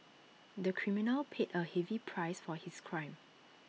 the criminal paid A heavy price for his crime